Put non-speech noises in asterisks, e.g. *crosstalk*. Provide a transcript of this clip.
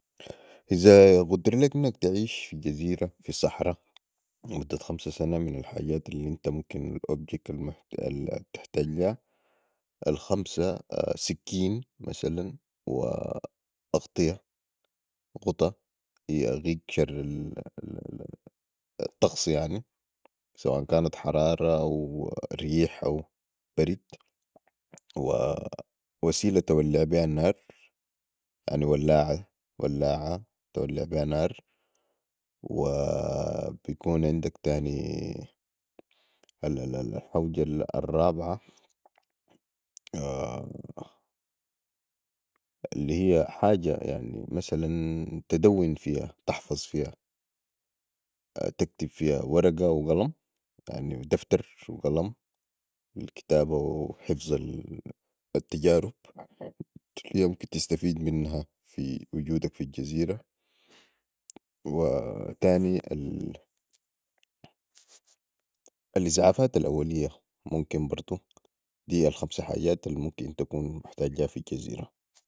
إذا قدر ليك انك تعيش في جزيرة في صحرا لي مده خمسه سنه من الحجات الانت object ممكن تحتاج ليها الخمسه سكين مثلا و اغطيه غتا يغيك شر الطقس يعني سوا كانت حرارة او ريح او برد و وسيلة تولع بيها النار يعني ولالعه ولالعه تولع بيها النار ويكون عندك تاني الحوجه *hesitation* الرابعة الهي حاجه مثلا تدون فيهاتحفظ فيها تكتب فيها ورقة وقلم يعني دفتر وقلم للكتابة وحفظ التجارب الهيا ممكن تستفيد منها في وجودك في الجزيرة وتاني الاسعافات الاولية ممكن برضو دي الخمس حجات الممكن تكون محتاج ليها في الجزيرة